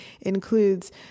includes